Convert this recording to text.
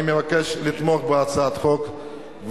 אני מבקש לתמוך בהצעת החוק,